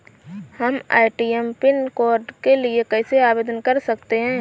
हम ATM pin code के लिए कैसे आवेदन कर सकते हैं?